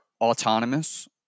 autonomous